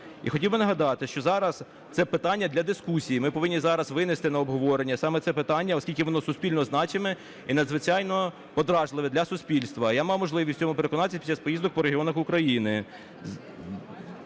І хотів би нагадати, що зараз це питання для дискусії. Ми повинні зараз винести на обговорення саме це питання, оскільки воно суспільно значиме і надзвичайно подразливе для суспільства. Я мав можливість в цьому переконатися під час поїздок по регіонах України.